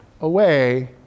away